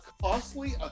costly